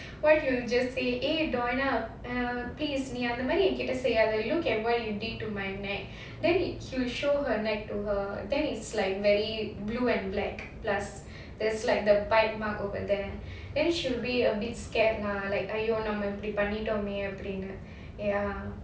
what he'll just say eh doina err please நீ அந்த மாதிரி என்கிட்ட செய்யாத:nee andha maadhiri enkita seiyaadha look at what you did to my neck then he'll show her neck to her then it's like very blue and black plus there's like the bite mark over there then she'll be a bit scared lah like !aiyo! நாம இப்படி பண்ணிட்டோமேன்னு அப்படினு:namma ippadi pannitomnu apdinu ya